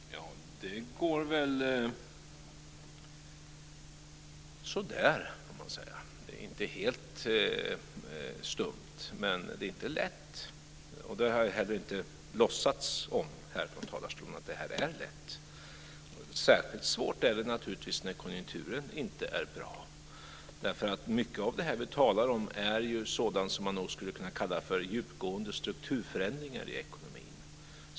Herr talman! Det går väl så där, kan man säga. Det är inte helt stumt, men det är inte lätt. Jag har inte heller låtsas som om det är lätt här från talarstolen. Särskilt svårt är det naturligtvis när konjunkturen inte är bra. Mycket av det vi talar om är ju sådant som man nog skulle kunna kalla för djupgående strukturförändringar i ekonomin.